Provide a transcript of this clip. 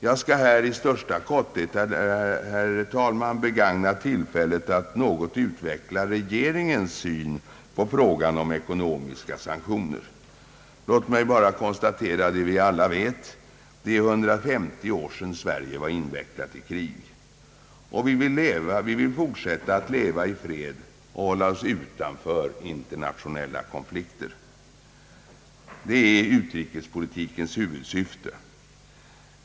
Jag skall i största korthet, herr talman, begagna tillfället att något utveckla regeringens syn på frågan om ekonomiska sanktioner. Låt mig först konstatera vad vi alla vet, att det är drygt 150 år sedan Sverige var invecklat i ett krig. Vi vill fortsätta att leva i fred och hålla oss utanför internationella konflikter, det är utrikespolitikens huvudsyfte.